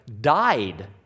died